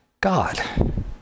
God